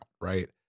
right